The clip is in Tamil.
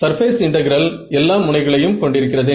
சர்பேஸ் இன்டெகிரல் எல்லா முனைகளையும் கொண்டிருக்கிறது